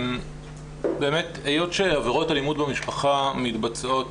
באמת היות שעבירות אלימות במשפחה מתבצעות